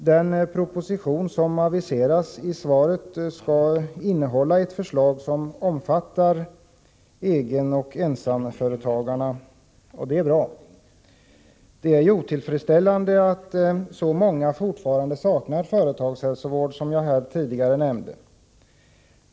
Den proposition som aviseras i svaret skall innehålla förslag som omfattar egenoch ensamföretagarna — och det är bra. Det är otillfredsställande att så många fortfarande saknar företagshälsovård, som jag tidigare nämnde.